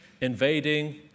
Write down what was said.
invading